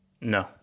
No